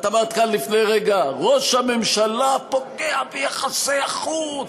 את אמרת כאן לפני רגע: ראש הממשלה פוגע ביחסי החוץ,